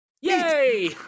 Yay